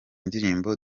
ndirimbo